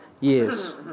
years